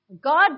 God